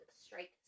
strike